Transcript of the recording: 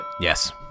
Yes